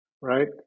right